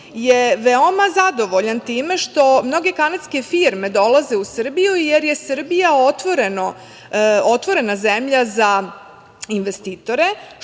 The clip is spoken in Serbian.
je veoma zadovoljan time što mnoge kanadske firme dolaze u Srbiju jer je Srbija otvorena zemlja za investitore,